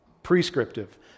prescriptive